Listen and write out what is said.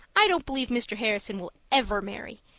i don't believe mr. harrison will ever marry.